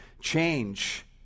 change